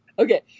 Okay